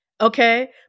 Okay